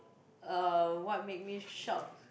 uh what make me shock